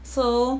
so